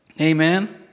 Amen